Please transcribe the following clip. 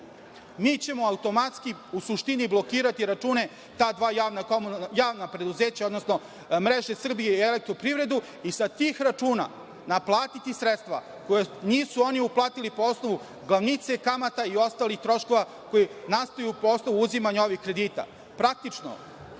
mi ćemo automatski, u suštini, blokirati račune ta dva komunalna javna preduzeća, odnosno mreže Srbije i Elektroprivredu i sa tih računa naplatiti sredstva, koja nisu oni naplatili na osnovu glavnice, kamata i ostalih troškova koji nastaju po osnovu uzimanja ovih